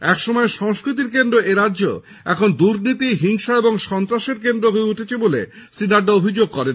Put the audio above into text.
এক সময় সংস্কৃতির কেন্দ্র এরাজ্য এখন দুর্নীতি হিংসা ও সন্ত্রাসের কেন্দ্র হয়ে উঠেছে বলে শ্রী নাড্ডা অভিযোগ করেন